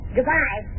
Goodbye